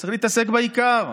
צריך להתעסק בעיקר,